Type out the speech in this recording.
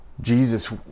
Jesus